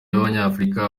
b’abanyafurika